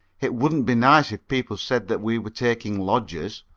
it wouldn't be nice if people said that we were taking lodgers